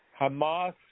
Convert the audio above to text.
Hamas